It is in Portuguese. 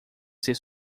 ser